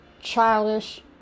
childish